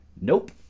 nope